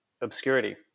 obscurity